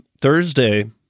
Thursday